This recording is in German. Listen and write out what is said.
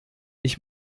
ich